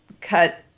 cut